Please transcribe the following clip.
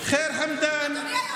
מחמוד גנאים,